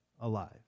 alive